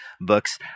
books